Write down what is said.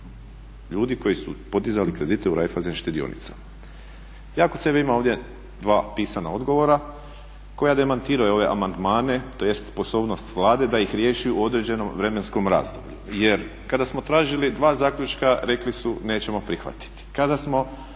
ljudi koji su podizali kredite u Raiffeisen štedionicama. Ja kod sebe imam ovdje dva pisana odgovora koja demantiraju ove amandmane tj. sposobnost Vlade da ih riješi u određenom vremenskom razdoblju. Jer kada smo tražili dva zaključka rekli su nećemo prihvatiti.